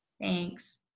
Thanks